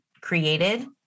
created